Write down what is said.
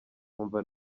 nkumva